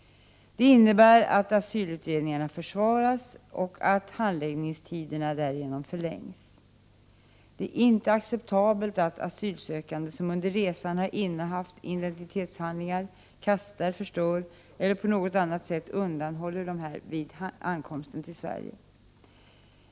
Detta innebär att asylutredningarna försvåras och att handläggningstiderna därigenom förlängs. Det är inte acceptabelt att asylsökande som under resan innehaft identitietshandlingar, kastar, förstör eller på något annat sätt undanhåller dessa vid ankomsten till Sverige.